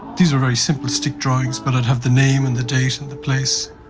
these were very simple stick drawings but i'd have the name and the date and the place.